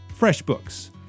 FreshBooks